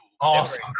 Awesome